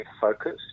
focus